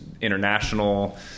international